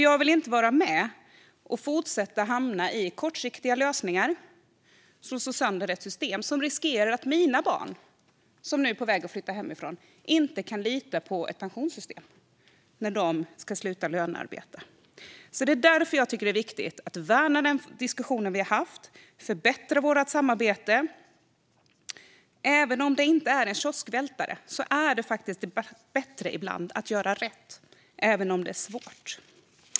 Jag vill inte vara med om att vi fortsatt ska hamna i kortsiktiga lösningar som slår sönder ett system och som riskerar att mina barn, som nu är på väg att flytta hemifrån, inte kan lita på pensionssystemet när de ska sluta lönearbeta. Det är därför som jag tycker att det är viktigt att värna den diskussion som vi har haft och förbättra vårt samarbete. Även om det inte är en kioskvältare är det ibland faktiskt bättre att göra rätt, även om det är svårt.